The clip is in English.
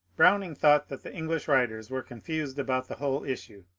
browning thought that the english writers were confused about the whole issue,